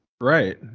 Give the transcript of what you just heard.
Right